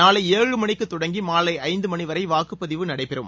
நாளை ஏழுமணிக்குத் தொடங்கி மாலை ஐந்துமணி வரை வாக்குப்பதிவு நடைபெறும்